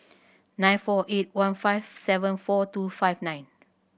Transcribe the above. nine four eight one five seven four two five nine